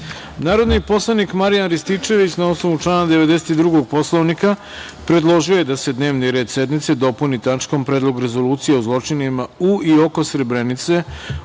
predlog. Narodni poslanik Marijan Rističević na osnovu člana 92. Poslovnika predložio je da se dnevni red sednice dopuni tačkom Predlog o rezolucije o zločinima u i oko Srebrenice